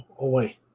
away